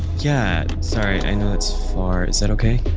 yeah, sorry. i know that's far. is that ok?